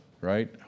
right